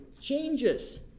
changes